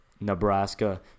Nebraska